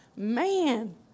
Man